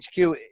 HQ